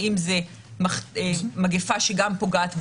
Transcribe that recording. האם זו מגיפה שגם פוגעת בילדים,